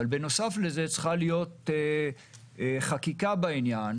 בנוסף לזה צריכה להיות חקיקה בעניין